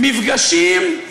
מפגשים,